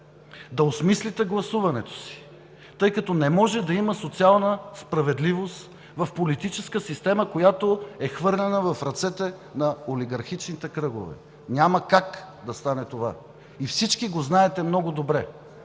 да осмислите гласуването си, тъй като не може да има социална справедливост в политическа система, която е хвърлена в ръцете на олигархичните кръгове. Няма как да стане това и всички го знаете много добре.